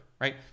right